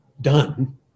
done